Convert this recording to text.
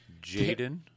Jaden